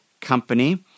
company